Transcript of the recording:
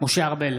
משה ארבל,